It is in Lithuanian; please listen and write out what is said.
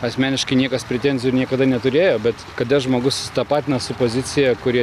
asmeniškai niekas pretenzijų ir niekada neturėjo bet kada žmogus susitapatina su pozicija kuri